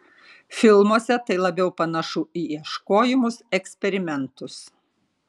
filmuose tai labiau panašu į ieškojimus eksperimentus